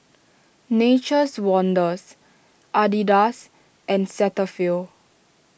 Nature's Wonders Adidas and Cetaphil